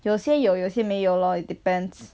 有些有有些没有 lor it depends